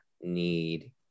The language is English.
need